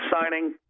signing